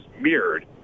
mirrored